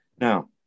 Now